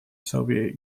soviet